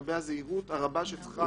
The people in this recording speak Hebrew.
ולגבי הזהירות הרבה שצריכה להיעשות בדבר הזה.